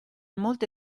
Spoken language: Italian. molte